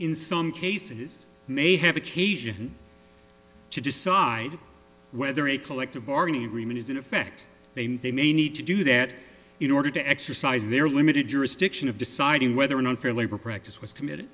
in some cases may have occasion to decide whether a collective bargaining agreement is in effect they mean they may need to do that in order to exercise their limited jurisdiction of deciding whether an unfair labor practice was committed